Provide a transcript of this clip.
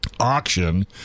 auction